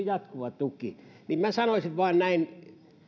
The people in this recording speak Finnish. jatkuva tuki minä sanoisin vain näin